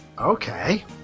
okay